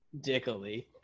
Dickily